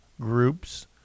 groups